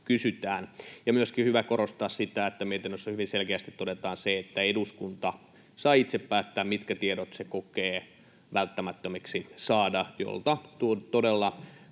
kysytään. On hyvä korostaa myöskin sitä, että mietinnössä hyvin selkeästi todetaan se, että eduskunta saa itse päättää, mitkä tiedot se kokee välttämättömiksi saada, jotta todella